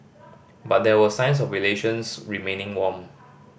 but there were signs of relations remaining warm